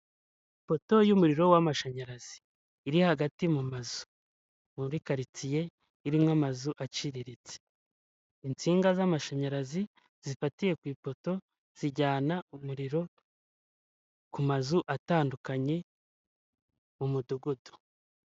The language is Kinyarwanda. Ipoto y'umuriro w'amashanyarazi iri hagati mu mazu, muri karityiye irimo amazu aciriritse, insinga z'amashanyarazi zifatiye ku ipoto zijyana umuriro ku mazu atandukanye mu mudugudu.